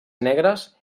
negres